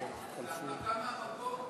הנמקה מהמקום.